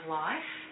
life